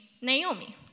Naomi